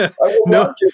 No